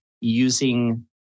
using